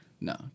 No